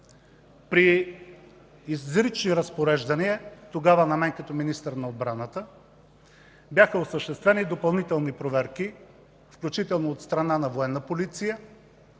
при изрични разпореждания, тогава на мен като министър на отбраната, бяха осъществени допълнителни проверки, включително от страна на Военна полиция,